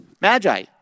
magi